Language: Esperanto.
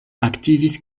aktivis